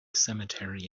cemetery